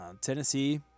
Tennessee